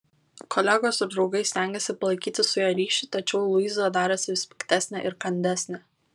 kolegos ir draugai stengėsi palaikyti su ja ryšį tačiau luiza darėsi vis piktesnė ir kandesnė